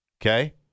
Okay